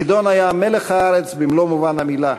צידון היה מלח הארץ במלוא מובן המילה.